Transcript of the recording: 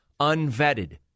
unvetted